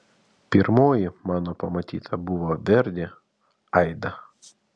pirmoji mano pamatyta buvo verdi aida